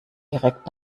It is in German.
direkt